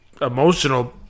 emotional